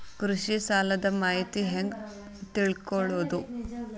ಕೃಷಿ ಸಾಲದ ಮಾಹಿತಿ ಹೆಂಗ್ ತಿಳ್ಕೊಳ್ಳೋದು?